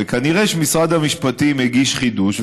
וכנראה שמשרד המשפטים הגיש חידוש,